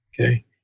Okay